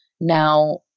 Now